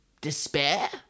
despair